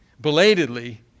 belatedly